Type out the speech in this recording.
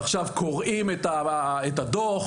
"עכשיו קוראים את הדו"ח,